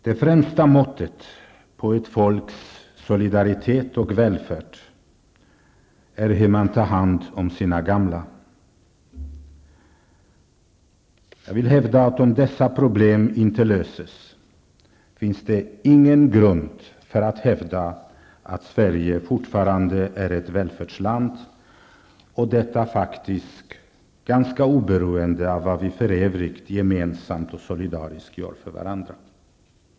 Det främsta måttet på ett folks solidaritet och välfärd är hur man tar hand om sina gamla. Jag vill hävda att om inte detta problem löses finns ingen grund för att hävda att Sverige fortfarande är ett välfärdsland, detta faktiskt oberoende av vad vi för övrigt gemensamt och solidariskt gör för varandra.